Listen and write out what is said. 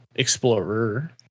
explorer